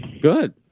Good